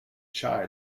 shy